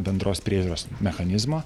bendros priežiūros mechanizmo